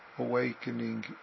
awakening